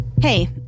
Hey